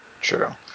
True